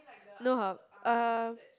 no hub uh